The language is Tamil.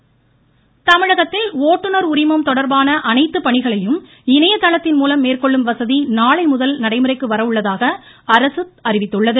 ஓட்டுநர் உரிமம் இணையதளம் தமிழகத்தில் ஓட்டுநர் உரிமம் தொடர்பான அனைத்து பணிகளையும் இணைய தளத்தின்மூலம் மேற்கொள்ளும் வசதி நாளைமுதல் நடைமுறைக்கு வரவுள்ளதாக அரசு அறிவித்துள்ளது